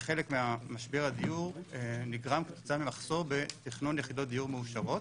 שחלק ממשבר הדיור נגרם כתוצאה ממחסור בתכנון יחידות דיור מאושרות